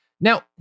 Now